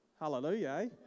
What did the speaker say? Hallelujah